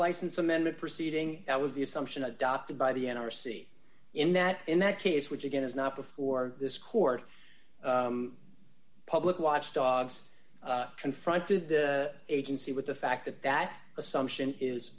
license amendment proceeding that was the assumption adopted by the n r c in that in that case which again is not before this court public watchdogs confronted the agency with the fact that that assumption is